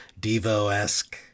devo-esque